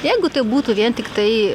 jeigu tai būtų vien tiktai